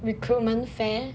recruitment fair